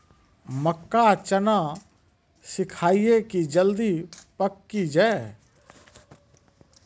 मक्का चना सिखाइए कि जल्दी पक की जय?